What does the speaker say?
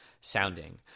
sounding